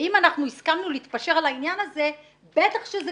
ואם אנחנו הסכמנו להתפשר על העניין הזה אז בטח שזה